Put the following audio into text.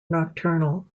nocturnal